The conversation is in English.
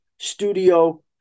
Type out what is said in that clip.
Studio